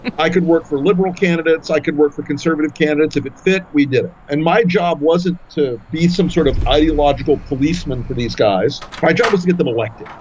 i could work for liberal candidates. i could work for conservative candidates if it fit. we did. and my job wasn't to be some sort of ideological policeman for these guys. my job was to get them elected.